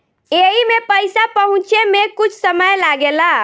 एईमे पईसा पहुचे मे कुछ समय लागेला